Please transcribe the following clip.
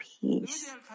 peace